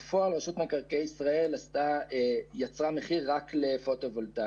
ובפועל רשות מקרקעי ישראל יצרה מחיר רק לפוטו-וולטאי,